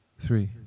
Three